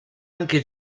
anche